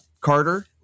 Carter